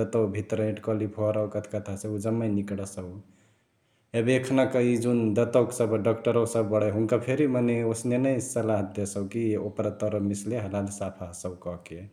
दतवा भित्रा एंट्कली फोहरावा कथकथी हसै उ जम्मै निकडसउ । एबे एखनाक इ जुन दंतवाक सभ डक्टरवा सभ बडै हुन्का फेरी मने ओसने नै सल्लाह देसउ कि ओपरा तर मिस्ले हलाहाली साफा हसउ कहके ।